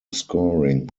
scoring